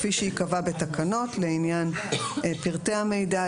כפי שייקבע בתקנות לעניין פרטי המידע,